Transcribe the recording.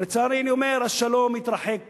לצערי, אני אומר שהשלום התרחק